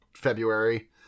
February